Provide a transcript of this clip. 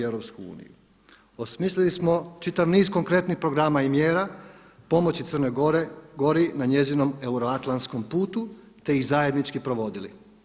Osmislili smo čitav niz konkretnih programa i mjera pomoći Crnoj Gori na njezinom euroatlantskom putu te ih zajednički provodili.